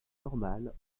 normale